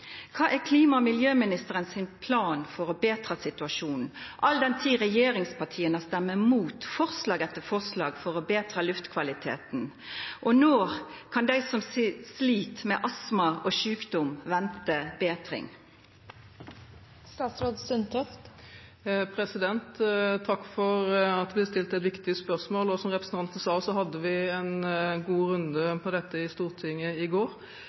Kva er klima- og miljøministeren sin plan for å betra situasjonen, all den tid regjeringspartia stemmer mot forslag etter forslag for å betra luftkvaliteten? Og når kan dei som slit med astma og sjukdom, venta betring? Takk for at det blir stilt et viktig spørsmål. Som representanten sa, hadde vi en god runde på dette i Stortinget i går.